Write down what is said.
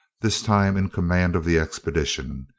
this time in command of the expedition,